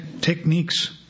techniques